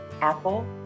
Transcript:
Apple